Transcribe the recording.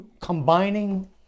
combining